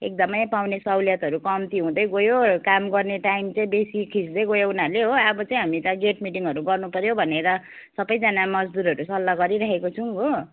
एकदमै पाउने सहुलियतहरू कम्ती हुँदै गयो काम गर्ने टाइम चाहिँ बेसी खिच्दै गयो उनीहरूले हो अब चाहिँ हामी त गेट मिटिङहरू गर्नुपर्यो भनेर सबैजना मजदुरहरू सल्लाह गरिराखेको छौँ हो